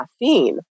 caffeine